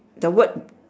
the word